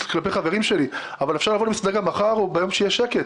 כלפי חברים שלי גם מחר או ביום שיש שקט.